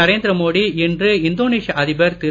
நரேந்திர மோடி இன்று இந்தோனேஷிய அதிபர் திரு